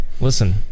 Listen